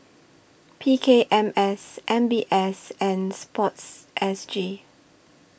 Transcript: P K M S M B S and Sports S G